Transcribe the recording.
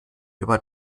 über